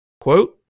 quote